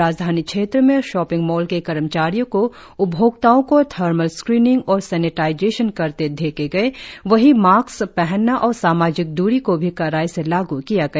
राजधानी क्षेत्र में शॉपिंग मॉल के कर्मचारियों को उपभोक्ताओं को थर्मल स्क्रीनिंग और सेनिटाइजेशन करते देखे गए वही मास्क पहनना और सामाजिक दूरी को भी कड़ाई से लागू किया गया